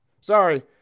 Sorry